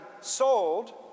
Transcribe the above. sold